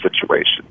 situation